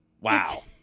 Wow